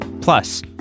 Plus